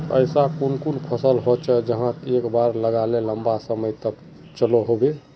ऐसा कुन कुन फसल होचे जहाक एक बार लगाले लंबा समय तक चलो होबे?